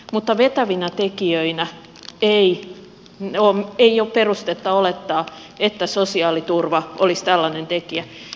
mutta ei ole perustetta olettaa että sosiaaliturva olisi vetävä tekijä